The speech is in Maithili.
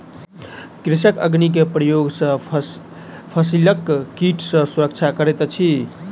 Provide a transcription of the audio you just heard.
कृषक अग्नि के प्रयोग सॅ फसिलक कीट सॅ सुरक्षा करैत अछि